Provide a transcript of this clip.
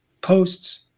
posts